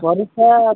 ପରୀକ୍ଷା